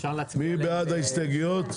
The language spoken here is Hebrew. מי בעד ההסתייגויות?